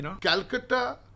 Calcutta